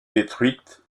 détruite